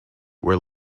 were